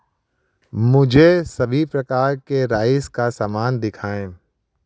मुझे सभी प्रकार के राइस का सामान दिखाएँ